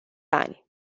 ani